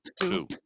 two